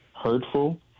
hurtful